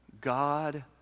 God